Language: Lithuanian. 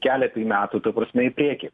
keletai metų ta prasme į priekį